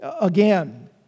again